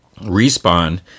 Respawn